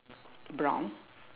brown